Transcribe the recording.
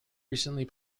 recently